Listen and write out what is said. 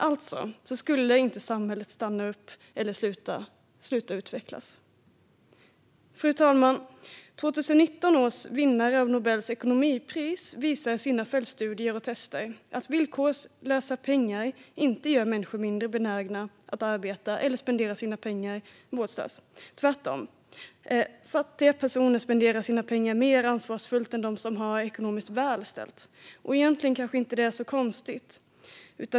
Alltså skulle inte samhället stanna upp eller sluta utvecklas. Fru talman! 2019 års vinnare av Nobels ekonomipris visar i sina fältstudier och tester att villkorslösa pengar inte gör människor mindre benägna att arbeta eller gör att de spenderar sina pengar vårdslöst. Tvärtom spenderar de personerna sina pengar mer ansvarsfullt än de som har det ekonomiskt väl ställt. Egentligen kanske det inte är så konstigt.